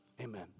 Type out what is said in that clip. amen